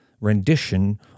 rendition